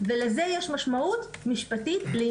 -- ולזה יש משמעות משפטית לעניין האחריות לנזקים שיתקבלו.